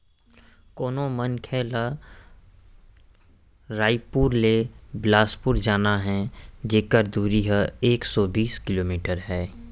कोनो मनखे ल रइपुर ले बेलासपुर जाना हे जेकर दूरी ह एक सौ बीस किलोमीटर हे